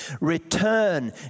return